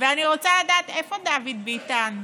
ואני רוצה לדעת, איפה דוד ביטן?